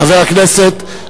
חברי הכנסת,